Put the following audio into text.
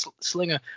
slinger